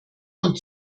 und